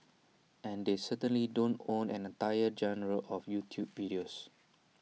and they certainly don't own an entire genre of YouTube videos